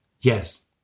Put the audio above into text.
Yes